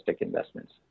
investments